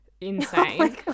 insane